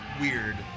weird